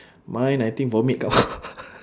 mine I think vomit come out